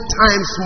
times